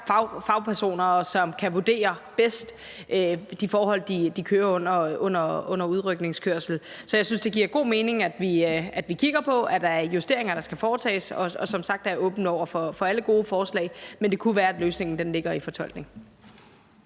fagpersoner, som bedst kan vurdere de forhold, de kører under under udrykningskørsel. Så jeg synes, det giver god mening, at vi kigger på, om der er justeringer, der skal foretages, og som sagt er jeg åben over for alle gode forslag, men det kunne være, at løsningen ligger i fortolkningen.